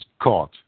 caught